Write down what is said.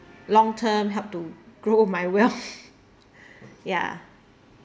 long term help to grow my wealth ya